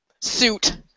suit